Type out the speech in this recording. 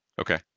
Okay